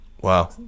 Wow